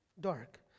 dark